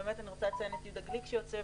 אני באמת רוצה לציין את יהודה גליק שיושב